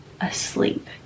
asleep